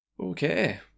okay